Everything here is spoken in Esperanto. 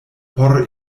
por